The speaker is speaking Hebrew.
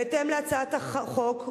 בהתאם להצעת החוק,